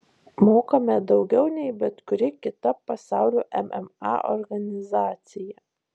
mokame daugiau nei bet kuri kita pasaulio mma organizacija